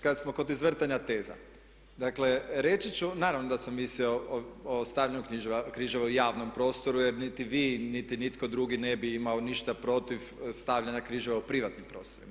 Kad smo kod izvrtanja teza, dakle reći ću, naravno da sam mislio o stavljanju križeva u javnom prostoru jer niti vi, niti nitko drugi ne bi imao ništa protiv stavljanja križeva u privatnim prostorima.